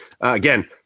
Again